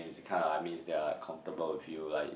he's kind of like means they're like comfortable with you like